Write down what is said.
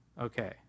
okay